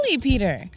Peter